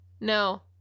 No